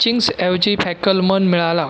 Ching's ऐवजी फॅकलमन मिळाला